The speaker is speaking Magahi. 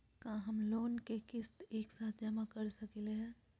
का हम लोन के किस्त एक साथ जमा कर सकली हे?